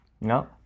No